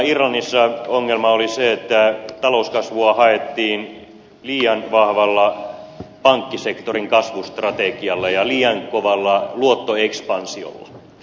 irlannissa ongelma oli se että talouskasvua haettiin liian vahvalla pankkisektorin kasvustrategialla ja liian kovalla luottoekspansiolla